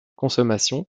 consommation